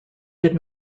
did